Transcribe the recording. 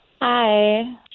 hi